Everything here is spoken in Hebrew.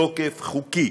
תוקף חוקי